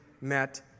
met